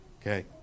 Okay